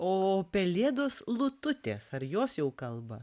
o pelėdos lututės ar jos jau kalba